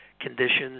conditions